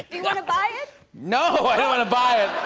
you want to buy it? no, i don't want to buy it!